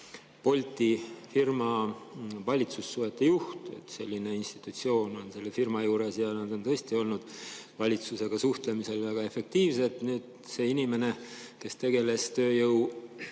oli firma Bolt valitsussuhete juht – selline institutsioon on selle firma juures ja nad on tõesti olnud valitsusega suhtlemisel väga efektiivsed. See inimene, kes tegeles